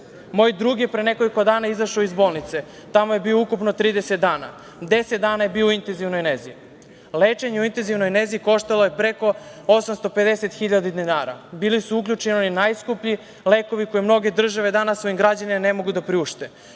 Moj drug je pre nekoliko dana izašao iz bolnice. Tamo je bio ukupno 30 dana, 10 dana je bio u intenzivnoj nezi. Lečenje u intenzivnoj nezi koštalo je preko 850 hiljada dinara. Bili su uključeni oni najskuplji lekovi koje mnoge države danas svojim građanima ne mogu da priušte.